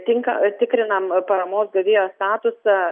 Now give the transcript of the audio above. tinka tikrinam paramos gavėjo statusą